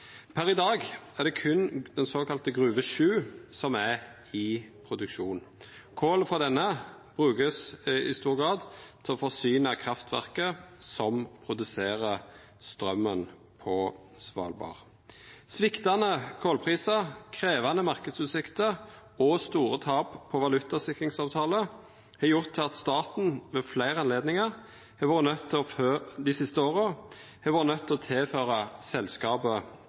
Per i dag er det berre den såkalla Gruve 7 som er i produksjon. Kol frå denne vert i stor grad brukt til å forsyna kraftverket som produserer straumen på Svalbard. Sviktande kolprisar, krevjande marknadsutsikter og store tap på valutasikringsavtalar har gjort at staten ved fleire anledningar dei siste åra har vore nøydd til å tilføra selskapet ny kapital. Det har dei siste åra vore